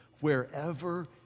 wherever